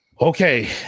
okay